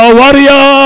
warrior